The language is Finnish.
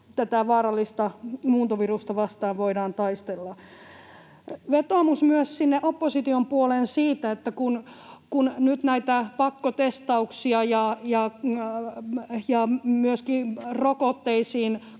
tätä vaarallista muuntovirusta vastaan voidaan taistella. Vetoomus myös sinne opposition puoleen siitä, kun nyt näitä pakkotestauksia ja myöskin rokotteisiin